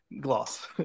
gloss